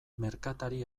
merkatari